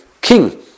king